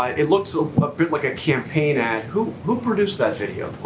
it looks a bit like a campaign ad. who who produced that video